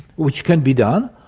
which can be done.